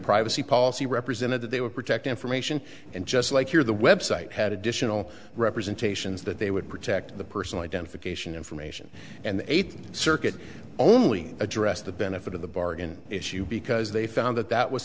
privacy policy represented that they would protect information and just like you're the website had additional representations that they would protect the personal identification information and the eighth circuit only addressed the benefit of the bargain issue because they found that that was